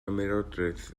ymerodraeth